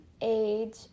age